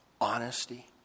honesty